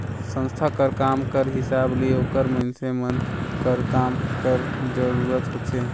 संस्था कर काम कर हिसाब ले ओकर मइनसे मन कर काम कर जरूरत होथे